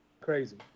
crazy